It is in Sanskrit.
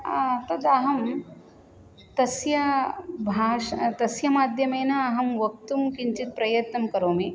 तत् अहं तस्य तस्य माध्यमेन अहं वक्तुं किञ्चित् प्रयत्नं करोमि